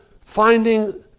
finding